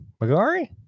magari